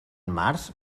març